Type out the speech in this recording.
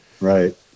Right